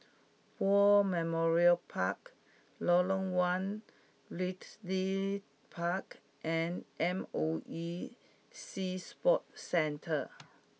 War Memorial Park Lorong one Park and M O E Sea Sports Centre